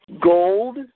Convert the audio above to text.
gold